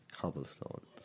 cobblestones